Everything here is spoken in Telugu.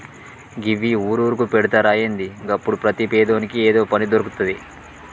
గివ్వి ఊరూరుకు పెడ్తరా ఏంది? గప్పుడు ప్రతి పేదోని ఏదో పని దొర్కుతది